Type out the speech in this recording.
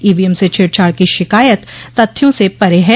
EVM से छेड़छाड़ की शिकायत तथ्यों से परे हैं